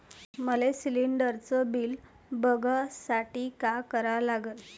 मले शिलिंडरचं बिल बघसाठी का करा लागन?